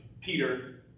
Peter